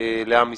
לעם ישראל.